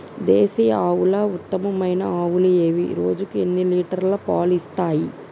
దేశీయ ఆవుల ఉత్తమమైన ఆవులు ఏవి? రోజుకు ఎన్ని లీటర్ల పాలు ఇస్తాయి?